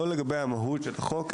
לא לגבי המהות בחוק,